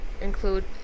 include